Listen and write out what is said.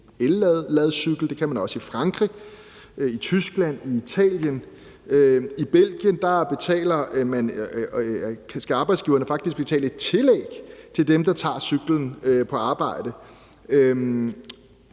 og det kan man også i Frankrig, Tyskland og Italien. I Belgien skal arbejdsgiverne faktisk betale et tillæg til dem, der tager cyklen på arbejde.